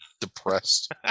depressed